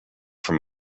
from